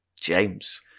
James